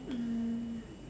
mm